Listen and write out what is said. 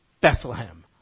Bethlehem